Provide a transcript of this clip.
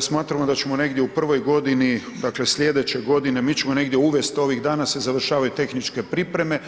smatramo da ćemo negdje u prvoj godini, dakle sljedeće godine mi ćemo uvesti ovih dana se završavaju tehničke pripreme.